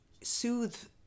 soothe